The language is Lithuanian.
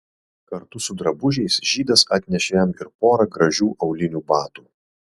kartu su drabužiais žydas atnešė jam ir porą gražių aulinių batų